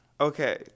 Okay